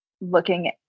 Looking